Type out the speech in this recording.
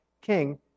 king